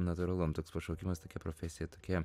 natūralu toks pašaukimas tokia profesija tokia